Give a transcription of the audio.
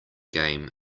game